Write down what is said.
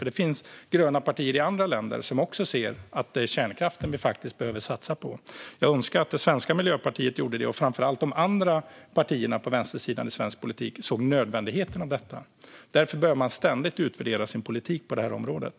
Det finns nämligen gröna partier i andra länder som också ser att det är kärnkraften vi behöver satsa på. Jag önskar att det svenska Miljöpartiet gjorde det och framför allt att de andra partierna på vänstersidan i svensk politik såg nödvändigheten i detta. Man behöver ständigt utvärdera sin politik på det här området.